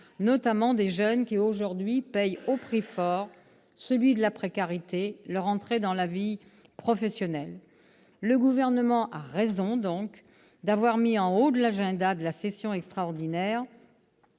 notamment des jeunes, lesquels payent aujourd'hui au prix fort, celui de la précarité, leur entrée dans la vie professionnelle. Le Gouvernement a donc eu raison d'avoir placé en haut de l'agenda de la session extraordinaire